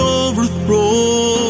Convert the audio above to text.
overthrow